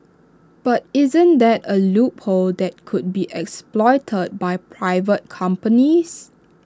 but isn't that A loophole that could be exploited by private companies